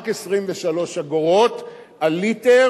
רק 2 שקלים ו-30 אגורות על ליטר,